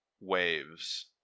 waves